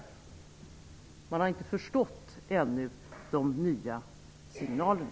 De har ännu inte förstått de nya signalerna.